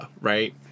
Right